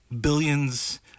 Billions